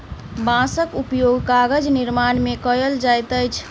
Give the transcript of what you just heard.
बांसक उपयोग कागज निर्माण में कयल जाइत अछि